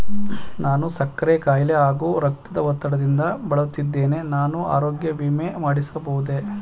ನಾನು ಸಕ್ಕರೆ ಖಾಯಿಲೆ ಹಾಗೂ ರಕ್ತದ ಒತ್ತಡದಿಂದ ಬಳಲುತ್ತಿದ್ದೇನೆ ನಾನು ಆರೋಗ್ಯ ವಿಮೆ ಮಾಡಿಸಬಹುದೇ?